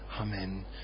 Amen